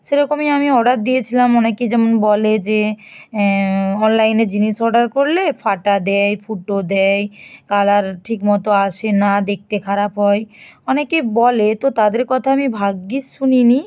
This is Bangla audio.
সেরকমই আমি অর্ডার দিয়েছিলাম অনেকে যেমন বলে যে অললাইনে জিনিস অর্ডার করলে ফাটা দেয় ফুটো দেয় কালার ঠিকমতো আসে না দেখতে খারাপ হয় অনেকে বলে তো তাদের কথা আমি ভাগ্যিস শুনিনি